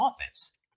offense